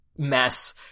mess